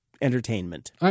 entertainment